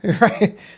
right